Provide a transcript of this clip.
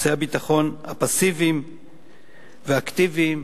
אמצעי הביטחון הפסיביים והאקטיביים,